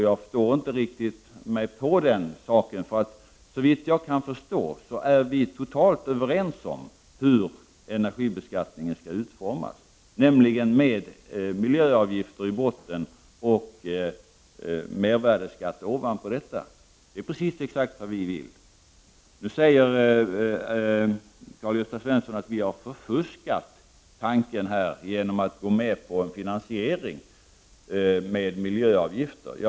Jag förstår mig inte riktigt på det. Såvitt jag kan förstå är vi helt överens om hur energibeskattningen skall utformas, nämligen med miljöavgifter i botten och mervärdeskatt ovanpå. Det är det systemet vi vill genomföra. Nu säger Karl-Gösta Svenson att vi har förfuskat tanken genom att gå med på en finansiering med miljöavgifter.